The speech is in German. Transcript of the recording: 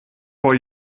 vor